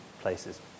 places